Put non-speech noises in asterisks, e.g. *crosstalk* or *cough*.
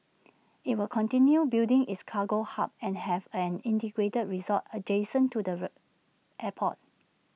IT will continue building its cargo hub and have an integrated resort adjacent to the *unintelligible* airport